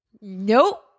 Nope